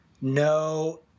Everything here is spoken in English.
no